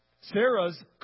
Sarah's